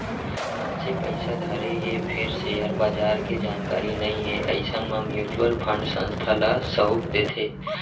मनसे पइसा धरे हे फेर सेयर बजार के जानकारी नइ हे अइसन म म्युचुअल फंड संस्था ल सउप देथे